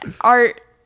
art